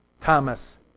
Thomas